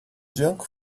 junk